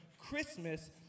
Christmas